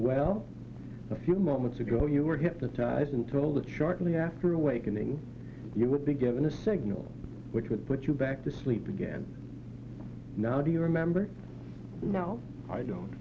well a few moments ago you were hypnotized until that shortly after awakening you would be given a signal which would put you back to sleep again now do you remember no i don't